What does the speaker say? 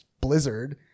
blizzard